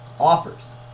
offers